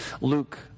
Luke